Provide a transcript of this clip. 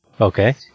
Okay